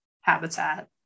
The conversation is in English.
habitat